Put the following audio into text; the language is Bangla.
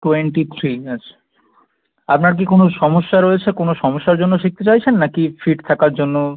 টোয়েন্টি থ্রি আচ্ছা আপনার কী কোনো সমস্যা রয়েছে কোনো সমস্যার জন্য শিখতে চাইছেন নাকি ফিট থাকার জন্য